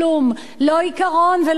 לא עיקרון ולא שום דבר,